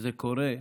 שזה קורה,